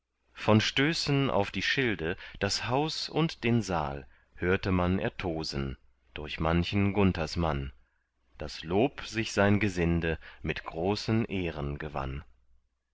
von stößen auf die schilde das haus und den saal hörte man ertosen durch manchen gunthersmann das lob sich sein gesinde mit großen ehren gewann